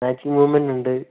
മൂവ്മെന്റുണ്ട്